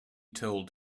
told